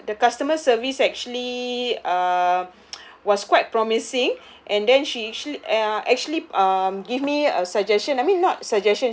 the customer service actually uh was quite promising and then she she uh actually um give me a suggestion I mean not suggestion